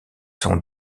sont